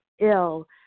ill